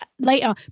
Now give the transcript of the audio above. later